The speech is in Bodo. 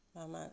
मामा